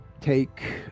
take